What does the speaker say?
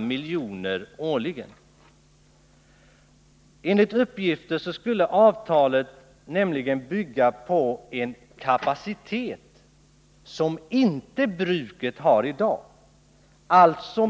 miljoner årligen. Enligt uppgifter skulle nämligen avtalet bygga på en kapacitet som bruket inte har i dag.